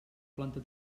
planta